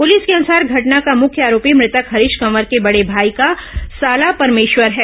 police के अनुसार घटना का मुख्य आरोपी मृतक हरीश कवर के बडे भाई का साला परमेश्वर है